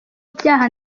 ibyaha